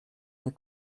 nie